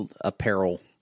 apparel